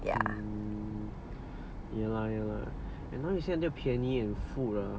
yeah